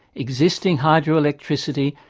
existing hydro-electricity,